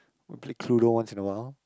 we'll play Cluedo once in a while